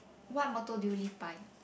what motto did you live by